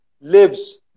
lives